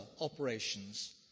operations